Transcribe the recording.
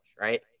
right